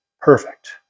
perfect